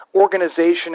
organization